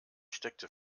steckte